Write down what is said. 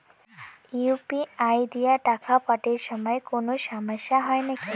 UPI দিয়া টাকা পাঠের সময় কোনো সমস্যা হয় নাকি?